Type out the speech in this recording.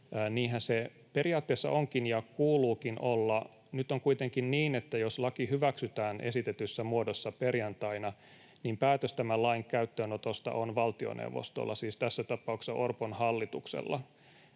niinhän se periaatteessa onkin ja sen kuuluukin olla. Nyt on kuitenkin niin, että jos laki hyväksytään esitetyssä muodossa perjantaina, niin päätös tämän lain käyttöönotosta on valtioneuvostolla, siis tässä tapauksessa Orpon hallituksella.